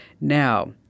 Now